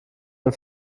dem